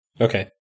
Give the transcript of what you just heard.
Okay